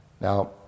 Now